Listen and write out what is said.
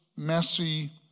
messy